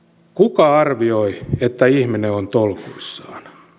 kuka arvioi että ihminen on tolkuissaan